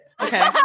Okay